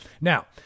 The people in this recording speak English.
Now